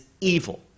evil